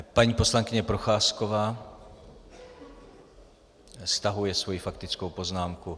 Paní poslankyně Procházková stahuje svoji faktickou poznámku.